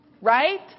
Right